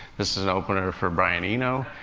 this is an opener for brian eno,